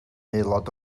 aelod